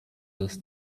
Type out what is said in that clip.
this